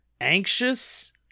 anxious